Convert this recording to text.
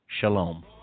shalom